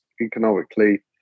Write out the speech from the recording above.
economically